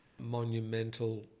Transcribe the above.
monumental